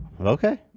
Okay